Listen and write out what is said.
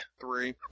Three